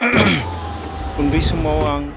उन्दै समाव आं